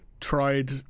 tried